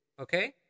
Okay